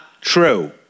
true